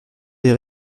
des